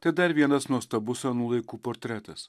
tai dar vienas nuostabus anų laikų portretas